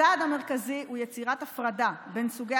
הצעד המרכזי הוא יצירת הפרדה בין סוגי